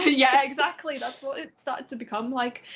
yeah, exactly, that's what it started to become like.